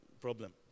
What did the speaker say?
problem